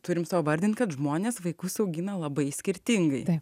turim savo vardint kad žmonės vaikus augina labai skirtingai